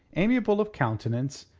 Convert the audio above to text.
amiable of countenance,